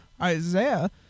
Isaiah